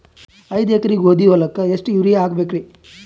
ಐದ ಎಕರಿ ಗೋಧಿ ಹೊಲಕ್ಕ ಎಷ್ಟ ಯೂರಿಯಹಾಕಬೆಕ್ರಿ?